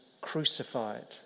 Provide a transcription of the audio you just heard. crucified